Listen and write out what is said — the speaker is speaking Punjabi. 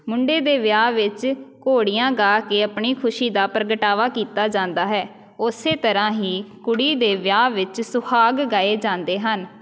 ਮੁੰਡੇ ਦੇ ਵਿਆਹ ਵਿੱਚ ਘੋੜੀਆਂ ਗਾ ਕੇ ਆਪਣੀ ਖੁਸ਼ੀ ਦਾ ਪ੍ਰਗਟਾਵਾ ਕੀਤਾ ਜਾਂਦਾ ਹੈ ਉਸੇ ਤਰ੍ਹਾਂ ਹੀ ਕੁੜੀ ਦੇ ਵਿਆਹ ਵਿੱਚ ਸੁਹਾਗ ਗਾਏ ਜਾਂਦੇ ਹਨ